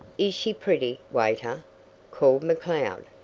is she pretty, waiter? called mccloud.